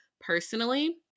personally